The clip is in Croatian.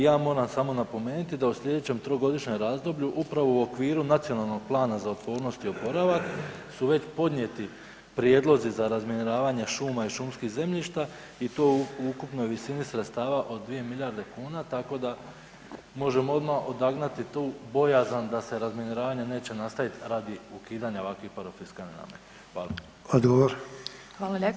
I ja moram samo napomenuti da u sljedećem trogodišnjem razdoblju upravo u okviru Nacionalnog plana za … [[ne razumije se]] i oporavak su već podnijeti prijedlozi za razminiravanje šuma i šumskih zemljišta i to u ukupnoj visini sredstava od 2 milijarde kuna tako da možemo odmah odagnati tu bojazan da se razminiravanje neće nastaviti radi ukidanja ovakvih parafiskalnih nameta.